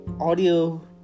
audio